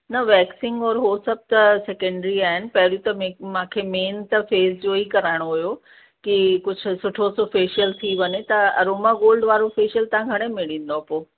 न वैक्सिंग और उहो सभु त सेकेंडरी आहिनि पेहिरीं त मे मूंखे मेन त फेस जो ई कराइणो हुओ की कुझु सुठो सो फेशियल थी वञे त अरोमा गोल्ड वारो फेशियल तव्हां घणे में ॾींदव पोइ